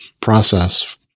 process